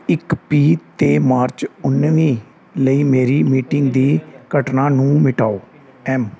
ਇੱਕ ਪੀ 'ਤੇ ਮਾਰਚ ਉਨ੍ਹੀਵੀਂ ਲਈ ਮੇਰੀ ਮੀਟਿੰਗ ਦੀ ਘਟਨਾ ਨੂੰ ਮਿਟਾਓ ਐੱਮ